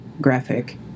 graphic